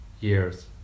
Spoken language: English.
years